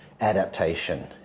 adaptation